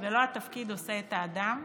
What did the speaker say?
ולא התפקיד עושה את האדם,